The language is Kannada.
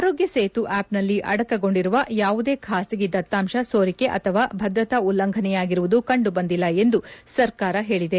ಆರೋಗ್ನ ಸೇತು ಆಪ್ನಲ್ಲಿ ಅಡಕಗೊಂಡಿರುವ ಯಾವುದೇ ಖಾಸಗಿ ದತ್ತಾಂಶ ಸೋರಿಕೆ ಅಥವಾ ಭದ್ರತಾ ಉಲ್ಲಂಘನೆಯಾಗಿರುವುದು ಕಂಡು ಬಂದಿಲ್ಲ ಎಂದು ಸರ್ಕಾರ ಹೇಳಿದೆ